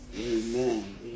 Amen